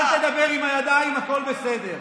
אל תדבר עם הידיים, הכול בסדר.